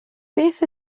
beth